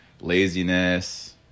laziness